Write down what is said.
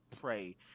pray